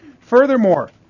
Furthermore